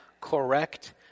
correct